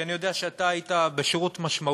כי אני יודע שאתה היית בשירות משמעותי: